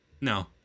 No